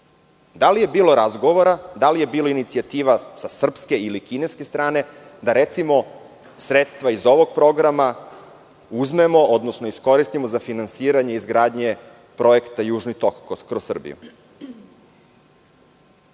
da li je bilo razgovora, da li je bilo inicijativa sa srpske ili kineske strane da recimo sredstva iz ovog programa uzmemo odnosno iskoristimo za finansiranje izgradnje projekta Južni tok kroz Srbiju?